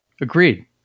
Agreed